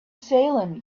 salem